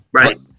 right